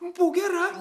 būk gera